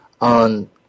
on